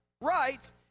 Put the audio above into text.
Right